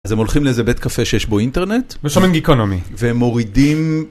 אז הם הולכים לאיזה בית קפה שיש בו אינטרנט ושומעים גיקונומי והם מורידים.